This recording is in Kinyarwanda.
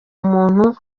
umuntu